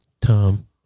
Tom